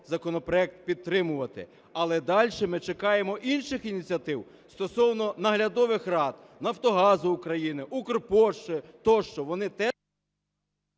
законопроект підтримувати. Але дальше ми чекаємо інших ініціатив стосовно наглядових рад Нафтогазу України, Укрпошти тощо.